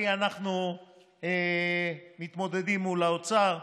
כי אנחנו מתמודדים מול האוצר,